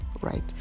right